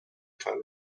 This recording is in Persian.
تان